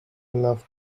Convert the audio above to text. enough